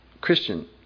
Christian